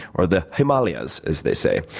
or the himalias, as they say.